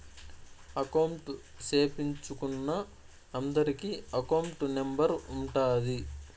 account సేపిచ్చుకున్నా అందరికి account number ఉంటాది